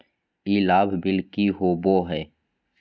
ई लाभ बिल की होबो हैं?